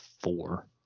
four